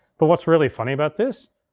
but what's really funny about this,